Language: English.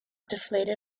deflated